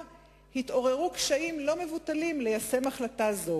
התעוררו קשיים לא מבוטלים ליישם החלטה זו,